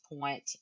point